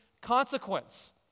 consequence